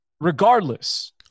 regardless